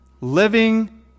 Living